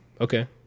Okay